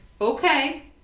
okay